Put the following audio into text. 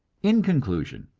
in conclusion,